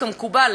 כמקובל,